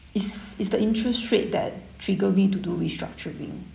is is the interest rate that trigger me to do restructuring